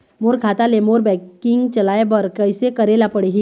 मोर खाता ले मोर बैंकिंग चलाए बर कइसे करेला पढ़ही?